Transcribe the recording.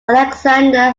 alexander